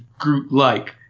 Groot-like